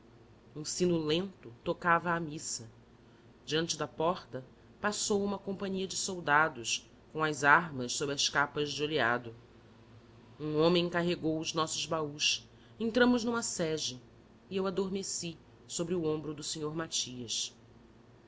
sino lento tocava à missa diante da porta passou uma companhia de soldados com as armas sob as capas de oleado um homem carregou os nossos baús entramos numa sege eu adormeci sobre o ombro do senhor matias